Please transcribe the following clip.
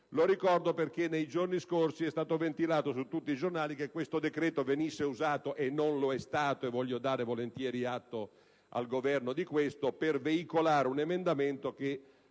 Lo ricordo perché nei giorni scorsi è stata ventilata su tutti i giornali l'ipotesi che questo decreto venisse usato - e non lo è stato: ne voglio dare atto al Governo - per veicolare un emendamento che